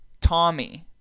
Tommy